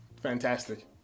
Fantastic